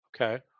Okay